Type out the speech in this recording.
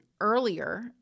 earlier